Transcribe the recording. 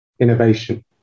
innovation